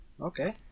Okay